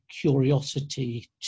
curiosity